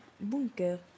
Bunker